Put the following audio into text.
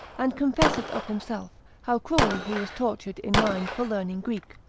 and confesseth of himself, how cruelly he was tortured in mind for learning greek,